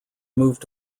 moved